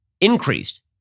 increased